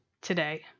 today